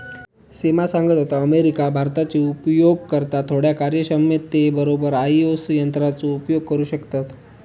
सिमा सांगत होता, अमेरिका, भारताचे उपयोगकर्ता थोड्या कार्यक्षमते बरोबर आई.ओ.एस यंत्राचो उपयोग करू शकतत